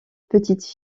petites